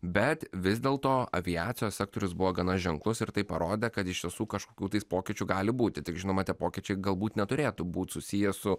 bet vis dėl to aviacijos sektorius buvo gana ženklus ir tai parodo kad iš visų kažkokių tais pokyčių gali būti tik žinoma tie pokyčiai galbūt neturėtų būti susiję su